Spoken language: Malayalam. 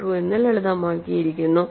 12 എന്ന് ലളിതമാക്കിയിരിക്കുന്നു